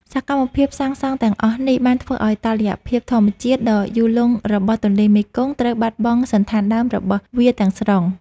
សកម្មភាពសាងសង់ទាំងអស់នេះ បានធ្វើឱ្យតុល្យភាពធម្មជាតិដ៏យូរលង់របស់ទន្លេមេគង្គ ត្រូវបាត់បង់សណ្ឋានដើមរបស់វាទាំងស្រុង។